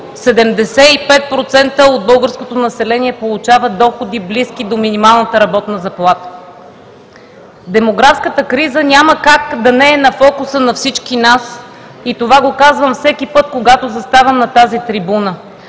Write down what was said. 75% от българското население получава доходи, близки до минималната работна заплата. Демографската криза няма как да не е на фокуса на всички нас и това го казвам всеки път, когато заставам на тази трибуна.